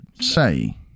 say